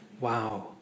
Wow